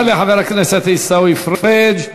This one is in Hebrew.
תודה לחבר הכנסת עיסאווי פריג'.